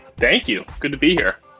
thank you. good to be here.